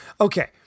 Okay